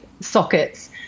sockets